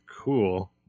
Cool